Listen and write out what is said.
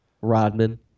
Rodman